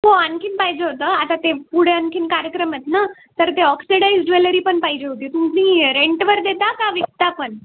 हो आणखी पाहिजे होतं आता ते पुढे आणखी कार्यक्रम आहेत ना तर ते ऑक्सिडाईज ज्वेलरी पण पाहिजे होती तुम्ही रेंटवर देता का विकता पण